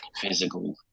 physical